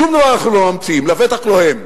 שום דבר אנחנו לא ממציאים, לבטח לא הם.